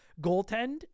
goaltend